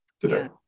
today